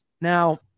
Now